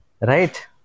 Right